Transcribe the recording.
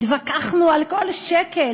התווכחנו על כל שקל,